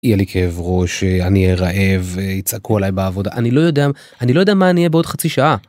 יהיה לי כאב ראש, אני אהיה רעב, יצעקו עליי בעבודה, אני לא יודע, אני לא יודע מה אני אהיה בעוד חצי שעה.